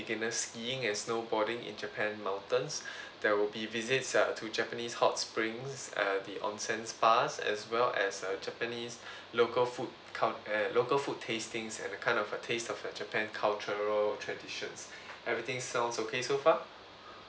beginner skiing and snowboarding in japan mountains there will be visits uh to japanese hot springs uh the onsen spas as well as uh japanese local food cul~ and local food tastings that kind of uh taste of the japan cultural traditions everything sounds okay so far